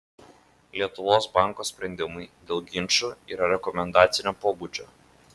lietuvos banko sprendimai dėl ginčų yra rekomendacinio pobūdžio